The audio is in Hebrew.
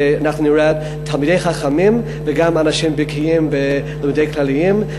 ואנחנו נראה תלמידי חכמים וגם אנשים בקיאים בלימודים כלליים,